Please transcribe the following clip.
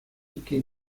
иккен